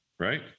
Right